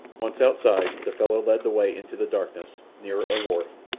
once outside, the fellow led the way into the darkness, nearer a wharf,